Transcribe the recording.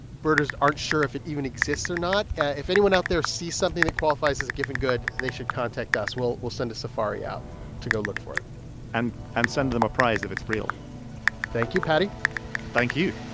birders aren't sure if it even exists or not if anyone out there sees something that qualifies as a giffen good, they should contact us. we'll we'll send a safari out to go look for it and and send them a prize if it's real thank you, paddy thank you